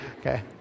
Okay